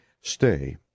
stay